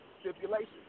stipulations